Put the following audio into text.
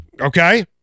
okay